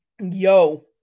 yo